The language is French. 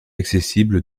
accessible